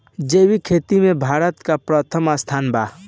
जैविक खेती में भारत का प्रथम स्थान बा